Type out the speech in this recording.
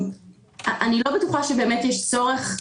אני לא בטוחה שבאמת יש צורך.